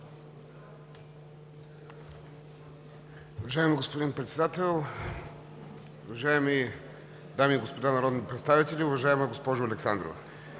Уважаеми господин Председател, уважаеми дами и господа народни представители, уважаема госпожо Александрова!